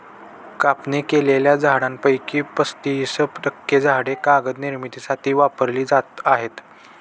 कापणी केलेल्या झाडांपैकी पस्तीस टक्के झाडे कागद निर्मितीसाठी वापरली जात आहेत